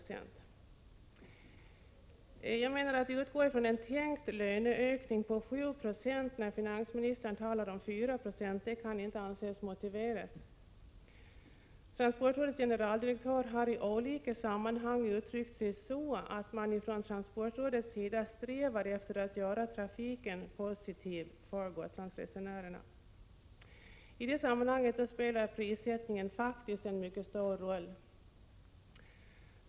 Jag menar att det inte kan anses motiverat att utgå från en tänkt löneökning på 7 96 när finansministern talar om 4 96. Transportrådets generaldirektör har i olika sammanhang uttryckt att man från rådets sida strävar efter att ordna trafiken på ett för Gotlandsresenärerna positivt sätt. I detta sammanhang spelar prissättningen faktiskt en mycket stor roll.